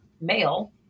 male